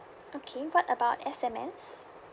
okay what about S_M_S